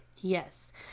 Yes